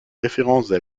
références